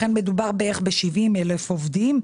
לכן מדובר בכ-70,000 עובדים.